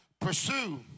Pursue